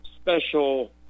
special